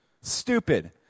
Stupid